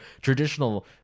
traditional